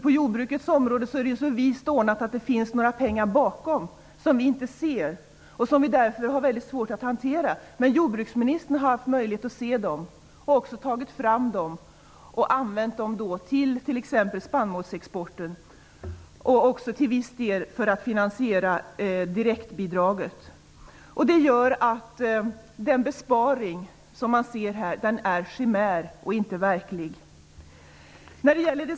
På jordbrukets område är det ju så vist ordnat att det finns pengar som vi inte ser och därför har svårt att hantera. Men jordbruksministern har haft möjlighet att se dessa pengar, och han har också tagit fram och använt dem till t.ex. spannmålsexporten och till viss del för att finansiera direktbidraget. Detta gör att den besparing man kan se är chimärisk och inte verklig.